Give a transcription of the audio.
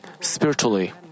spiritually